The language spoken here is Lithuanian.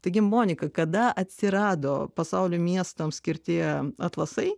taigi monika kada atsirado pasaulio miestams skirti atlasai